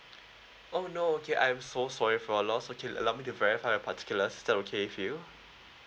oh no okay I'm so sorry for your loss okay let me to verify a particulars is that okay for you